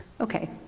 Okay